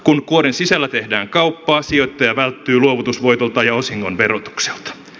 kun kuoren sisällä tehdään kauppaa sijoittaja välttyy luovutusvoitolta ja osingon verotukselta